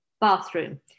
bathroom